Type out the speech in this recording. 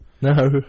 No